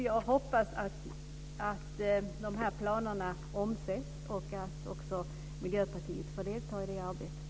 Jag hoppas att de här planerna omsätts och att Miljöpartiet får delta i det arbetet.